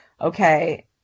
okay